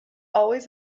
always